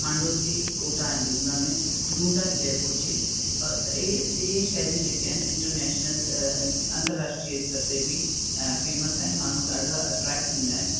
हांडोती कोटा ऐं बूंदा में ढुंढा जयपुर जी ई इहे शैलियूं जेके आहिनि इंटरनेशनल अंतरराष्ट्रीय स्तर ते बि फ़ेम्स आहिनि माण्हू ॾाढा अट्रैक्ट थींदा आहिनि